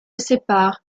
séparent